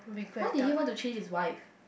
why did he want to change his wife